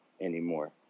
anymore